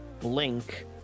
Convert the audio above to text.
blink